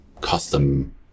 custom